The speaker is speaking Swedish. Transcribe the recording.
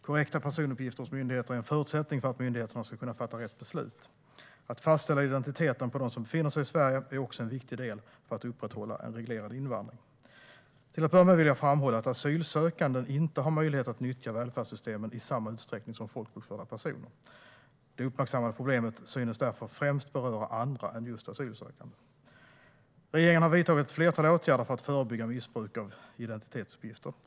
Korrekta personuppgifter hos myndigheter är en förutsättning för att myndigheterna ska kunna fatta rätt beslut. Att fastställa identiteten på dem som befinner sig i Sverige är också en viktig del för att upprätthålla en reglerad invandring. Till att börja med vill jag framhålla att asylsökande inte har möjlighet att nyttja välfärdssystemen i samma utsträckning som folkbokförda personer. Det uppmärksammade problemet synes därför främst beröra andra än just asylsökande. Regeringen har vidtagit ett flertal åtgärder för att förebygga missbruk av identitetsuppgifter.